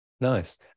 Nice